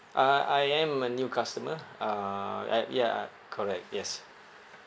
uh I am a new customer uh at ya correct yes